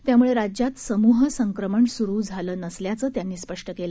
त्यामुळे राज्यात समूह संक्रमण सुरू झालं नसल्याचं त्यांनी स्पष्ट केलं